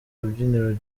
rubyiniro